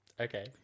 Okay